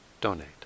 donate